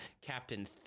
Captain